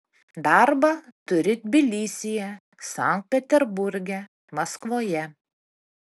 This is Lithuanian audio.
darbą turi tbilisyje sankt peterburge maskvoje